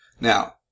Now